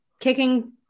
kicking